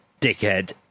dickhead